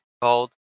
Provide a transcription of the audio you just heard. called